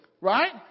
right